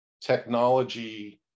technology